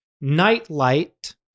nightlight